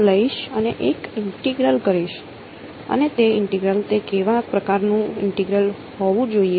2D integral તો આ S પર ઇન્ટેગ્રલ બનશે તે કયા પ્રકારનો S હોવો જોઈએ